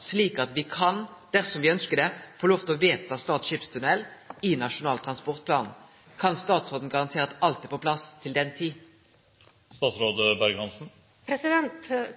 slik at me kan, dersom me ønskjer det, få lov til å vedta Stad skipstunnel i Nasjonal transportplan. Kan statsråden garantere at alt er på plass til den tid?